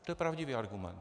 To je pravdivý argument.